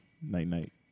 night-night